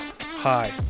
Hi